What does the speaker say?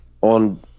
On